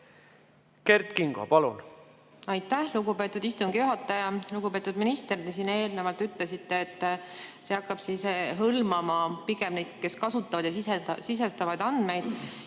Kert Kingo, palun!